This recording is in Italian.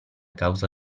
causa